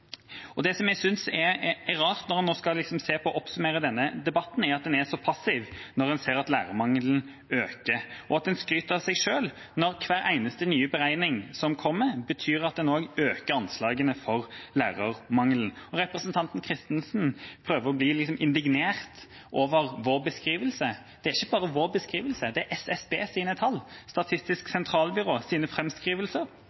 på. Det som jeg synes er rart når en nå skal se på og oppsummere denne debatten, er at en er så passiv når en ser at lærermangelen øker, og at en skryter av seg selv når hver eneste nye beregning som kommer, betyr at en også øker anslagene for lærermangelen. Representanten Kristensen prøver å bli litt indignert over vår beskrivelse. Det er ikke bare vår beskrivelse – det er SSBs tall, Statistisk